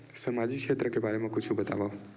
सामाजिक क्षेत्र के बारे मा कुछु बतावव?